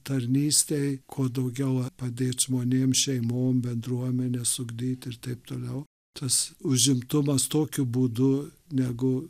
tarnystėj kuo daugiau padėt žmonėm šeimom bendruomenes ugdyt ir taip toliau tas užimtumas tokiu būdu negu